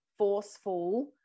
forceful